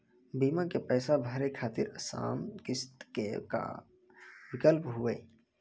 बीमा के पैसा भरे खातिर आसान किस्त के का विकल्प हुई?